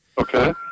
Okay